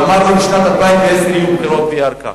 והוא אמר לי: בשנת 2010 יהיו בחירות בירכא,